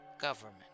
government